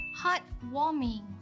heartwarming